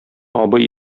абый